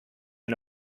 and